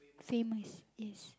famous yes